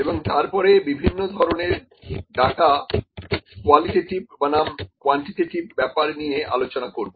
এবং তারপরে বিভিন্ন ধরনের ডাটা কোয়ালিটেটিভ বনাম কোয়ান্টিটেটিভ ব্যাপার নিয়ে আলোচনা করব